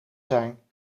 zijn